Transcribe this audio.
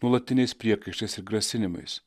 nuolatiniais priekaištais ir grasinimais